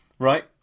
Right